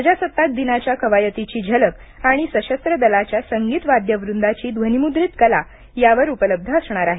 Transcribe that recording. प्रजासत्ताक दिनाच्या कवायतीची झलक आणि सशस्त्र दलाच्या संगीत वाद्य वृंदाची ध्वनिमुद्रित कला यावर उपलब्ध असणार आहे